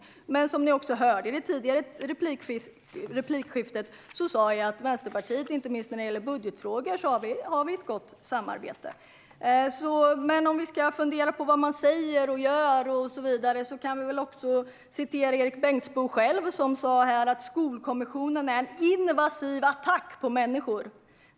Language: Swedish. I det tidigare replikskiftet kunde ni dock också höra att jag sa att vi har ett gott samarbete med Vänsterpartiet i inte minst budgetfrågor. Man kan fundera över vad vi politiker säger och gör och så vidare. Låt mig citera vad Erik Bengtzboe själv sa förut, nämligen att Skolkommissionen är en invasiv attack på människor.